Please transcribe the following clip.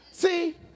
See